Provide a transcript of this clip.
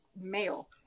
mail